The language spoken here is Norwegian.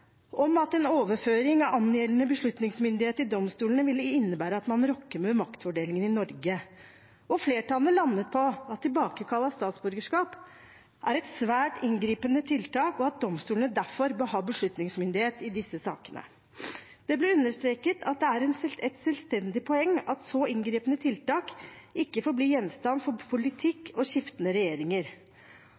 om at en overføring av angjeldende beslutningsmyndighet i domstolene ville innebære at man rokker ved maktfordelingen i Norge, og flertallet landet på at tilbakekall av statsborgerskap er et svært inngripende tiltak, og at domstolene derfor bør ha beslutningsmyndighet i disse sakene. Det ble understreket at det er et selvstendig poeng at så inngripende tiltak ikke får bli gjenstand for politikk og skiftende regjeringer.